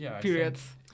periods